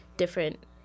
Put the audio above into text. different